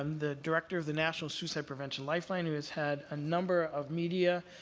um the director of the national suicide prevention lifeline, who has had a number of media